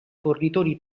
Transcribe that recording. fornitori